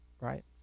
right